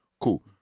cool